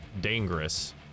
dangerous